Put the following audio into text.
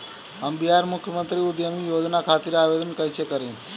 हम बिहार मुख्यमंत्री उद्यमी योजना खातिर आवेदन कईसे करी?